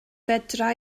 fedra